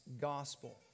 gospel